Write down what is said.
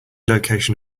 location